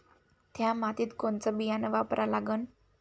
थ्या मातीत कोनचं बियानं वापरा लागन?